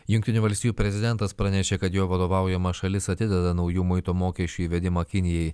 jungtinių valstijų prezidentas pranešė kad jo vadovaujama šalis atideda naujų muito mokesčių įvedimą kinijai